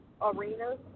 arenas